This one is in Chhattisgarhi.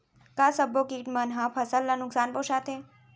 का सब्बो किट मन ह फसल ला नुकसान पहुंचाथे?